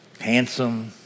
Handsome